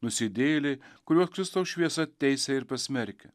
nusidėjėliai kuriuos kristaus šviesa teisia ir pasmerkia